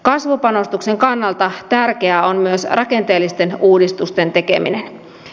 kasvupanostuksen kannalta tärkeää on myös rakenteellisten uudistusten tekeminen